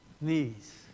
knees